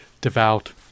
devout